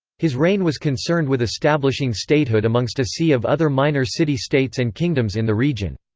his reign was concerned with establishing statehood amongst a sea of other minor city states and kingdoms in the region.